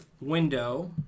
window